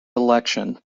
election